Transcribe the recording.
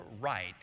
right